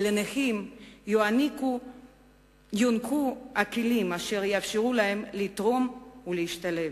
שלנכים יוענקו הכלים אשר יאפשרו להם לתרום ולהשתלב,